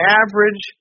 average